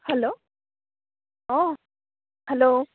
hello um hello